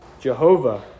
Jehovah